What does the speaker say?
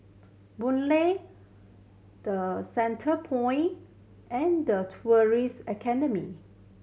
Boon Lay The Centrepoint and The Tourism Academy